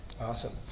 Awesome